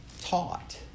taught